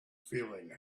feeling